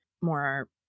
more